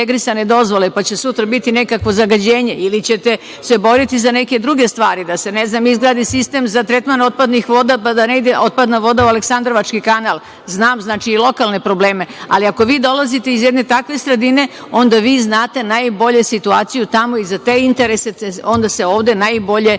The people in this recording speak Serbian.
integrisane dozvole, pa će sutra biti nekakvo zagađenje ili ćete se boriti za neke druge stvari, da se izgradi sistem za tretman otpadnih voda, pa da ne ide otpadna voda u Aleksandrovački kanal. Znam i lokalne probleme. Ali, ako vi dolazite iz jedne takve sredine, onda vi znate najbolje situaciju tamo i za te interese onda se ovde najbolje